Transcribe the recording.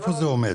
איפה זה עומד?